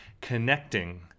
connecting